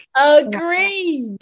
agreed